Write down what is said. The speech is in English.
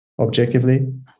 objectively